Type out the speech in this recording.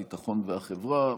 הביטחון והחברה.